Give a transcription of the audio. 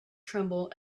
tremble